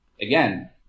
again